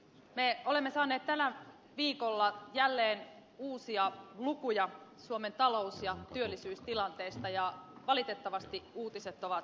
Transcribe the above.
me olemme saaneet tällä viikolla jälleen uusia lukuja suomen talous ja työllisyystilanteesta ja valitettavasti uutiset ovat hyvin synkkiä